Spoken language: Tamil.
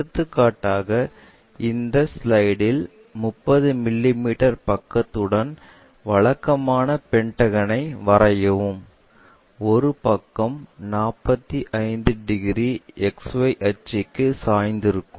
எடுத்துக்காட்டாக இந்த ஸ்லைடில் 30 மிமீ பக்கத்துடன் வழக்கமான பென்டகனை வரையவும் ஒரு பக்கம் 45 டிகிரி XY அச்சுக்கு சாய்ந்திருக்கும்